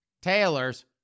Taylor's